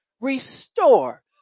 restore